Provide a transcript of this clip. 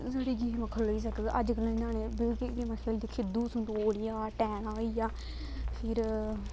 साढ़ी गेम खलोई सकग अजकल्ल दे ञ्याणे मतलब कि गेमां खेल दिक्खी खिद्दू संतोलिया टैना होई गेआ फिर